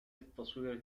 التصوير